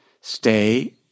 stay